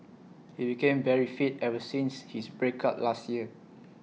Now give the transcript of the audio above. he became very fit ever since his break up last year